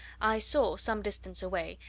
i saw, some distance away,